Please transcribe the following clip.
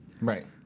Right